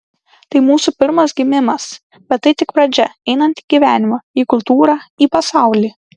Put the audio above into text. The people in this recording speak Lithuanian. tai mūsų pirmas gimimas bet tai tik pradžia einant į gyvenimą į kultūrą į pasaulį